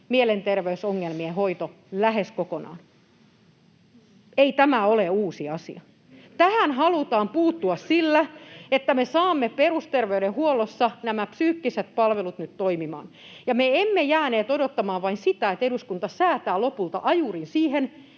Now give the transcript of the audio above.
mielenterveysongelmien hoito lähes kokonaan. Ei tämä ole uusi asia. Tähän halutaan puuttua sillä, että me saamme perusterveydenhuollossa nämä psyykkiset palvelut toimimaan. Me emme jääneet odottamaan vain sitä, että eduskunta säätää lopulta ajurin siihen,